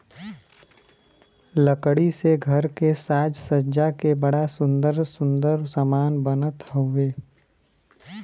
लकड़ी से घर के साज सज्जा के बड़ा सुंदर सुंदर समान बनत हउवे